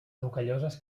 rocalloses